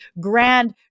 grand